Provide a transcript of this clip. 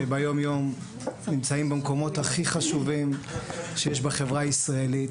שנמצאים ביומיום במקומות הכי חשובים שיש בחברה הישראלית,